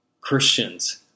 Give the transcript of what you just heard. Christians